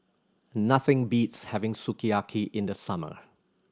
nothing beats having Sukiyaki in the summer